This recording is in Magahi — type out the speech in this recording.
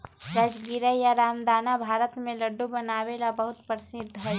राजगीरा या रामदाना भारत में लड्डू बनावे ला बहुत प्रसिद्ध हई